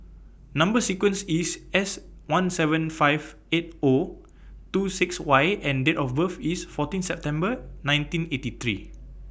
Number sequence IS S one seven five eight O two six Y and Date of birth IS fourteen September nineteen eighty three